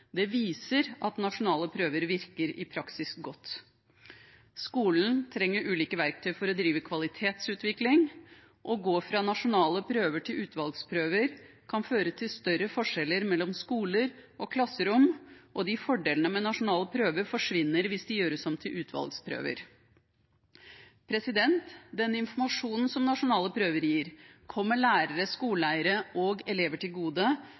Det viser at nasjonale prøver i praksis virker godt. Skolen trenger ulike verktøy for å drive kvalitetsutvikling. Å gå fra nasjonale prøver til utvalgsprøver kan føre til større forskjeller mellom skoler og klasserom, og fordelene med nasjonale prøver forsvinner hvis de gjøres om til utvalgsprøver. Den informasjonen som nasjonale prøver gir, kommer lærere, skoleeiere og elever til gode.